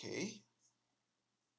okay